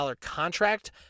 contract